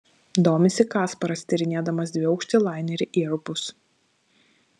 domisi kasparas tyrinėdamas dviaukštį lainerį airbus